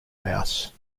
mouse